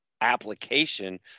application